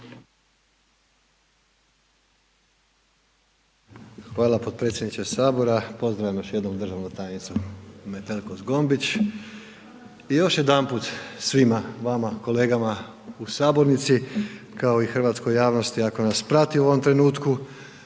Hvala potpredsjedniče Sabora, pozdravljam još jednom državnu tajnicu Metelko Zgombić. I još jedanput svima vama kolegama u sabornici kao i hrvatskoj javnosti ako nas prati u ovom trenutku